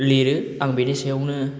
लिरो आं बिनि सायावनो